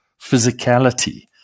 physicality